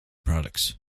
products